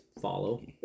follow